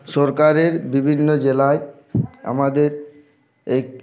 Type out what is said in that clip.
সরকারের বিভিন্ন জেলায় আমাদের এই